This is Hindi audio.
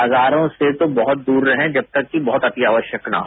बाजारों से जो बहुतदूर रहें जब तक की बहुत अति आवश्यक न हो